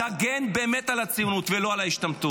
תגן באמת על הציונות ולא על ההשתמטות.